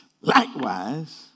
Likewise